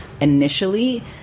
initially